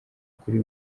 kuri